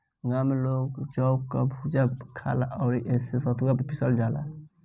गांव में लोग जौ कअ भुजा खाला अउरी एसे सतुआ भी पिसाला